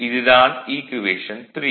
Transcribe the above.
இது தான் ஈக்குவேஷன் 3